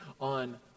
on